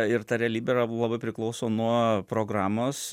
ir ta realybė yra labai priklauso nuo programos